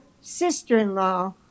sister-in-law